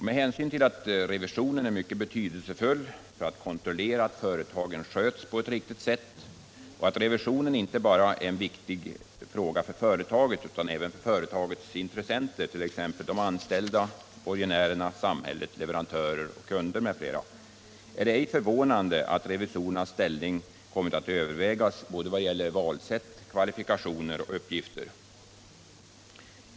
Med hänsyn till att revisionen är mycket betydelsefull för kontrollen av att företagen sköts på ett riktigt sätt och då revisionen är viktig inte bara för företaget utan även för företagets intressenter — de anställda, borgenärerna, samhället, leverantörer och kunder m.fl. — är det ej förvånande att revisorernas ställning kommit att övervägas när det gäller såväl valsätt som kvalifikationer och uppgifter.